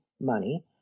money